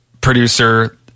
producer